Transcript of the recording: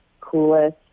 coolest